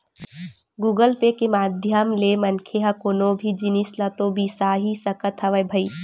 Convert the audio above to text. Google Pay के माधियम ले मनखे ह कोनो भी जिनिस ल तो बिसा ही सकत हवय भई